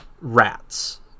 rats